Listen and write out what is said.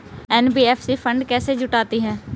NBFC fund कैसे जुटाती है?